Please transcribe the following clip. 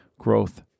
growth